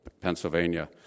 Pennsylvania